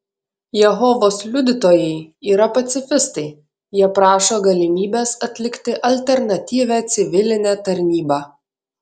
jehovos liudytojai yra pacifistai jie prašo galimybės atlikti alternatyvią civilinę tarnybą